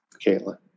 Caitlin